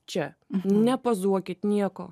čia nepozuokit nieko